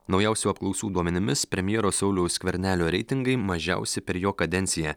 naujausių apklausų duomenimis premjero sauliaus skvernelio reitingai mažiausi per jo kadenciją